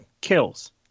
Kills